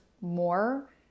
more